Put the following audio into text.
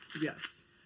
Yes